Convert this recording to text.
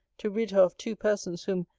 to rid her of two persons whom,